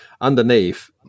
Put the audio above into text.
Underneath